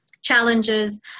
challenges